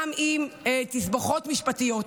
גם עם תסבוכות משפטיות.